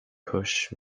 pushed